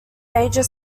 major